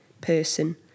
person